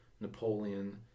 Napoleon